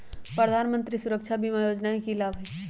प्रधानमंत्री सुरक्षा बीमा योजना के की लाभ हई?